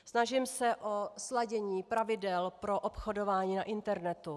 Snažím se o sladění pravidel pro obchodování na internetu.